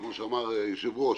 כפי שאמר היושב-ראש,